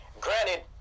granted